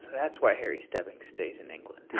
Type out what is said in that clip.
that's why harry stebbings stays in england.